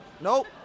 nope